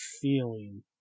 feeling